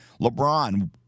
LeBron